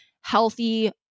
healthy